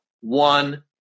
one